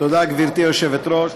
תודה, גברתי היושבת-ראש,